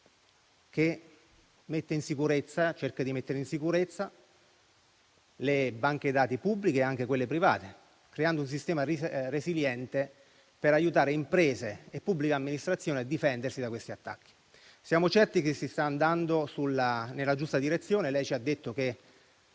che cerca di mettere in sicurezza le banche dati pubbliche e anche quelle private, creando un sistema resiliente per aiutare imprese e pubblica amministrazione a difendersi da questi attacchi. Siamo certi che si stia andando nella giusta direzione. Lei ci ha detto che